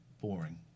boring